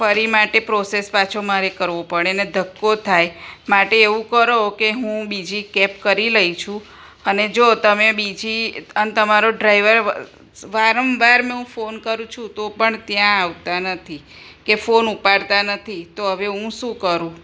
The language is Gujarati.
ફરી માટે પ્રોસેસ પાછો મારે કરવો પડેને ધક્કો થાય માટે એવું કરો કે હું બીજી કેબ કરી લઈ છું અને જો તમે બીજી અન તમારો ડ્રાઈવર વારંવાર હું ફોન કરું છું તો પણ ત્યાં આવતા નથી કે ફોન ઉપાડતા નથી તો હવે હું શું કરું